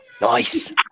Nice